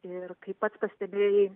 ir kaip pats pastebėjai